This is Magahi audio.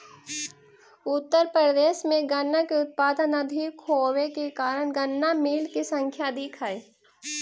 उत्तर प्रदेश में गन्ना के उत्पादन अधिक होवे के कारण गन्ना मिलऽ के संख्या अधिक हई